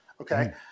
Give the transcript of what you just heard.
Okay